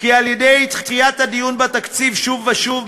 שעל-ידי דחיית הדיון בתקציב שוב ושוב,